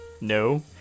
No